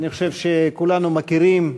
אני חושב שכולנו מכירים,